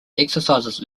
exercises